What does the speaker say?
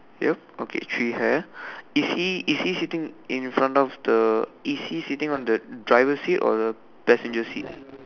yup okay three hair is he sitting in front of the is he sitting on the driver seat or the passenger seat